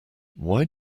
why